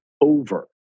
over